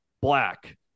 black